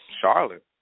Charlotte